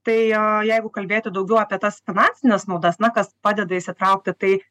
tai o jeigu kalbėti daugiau apie tas finansines naudas na kas padeda įsitraukti tai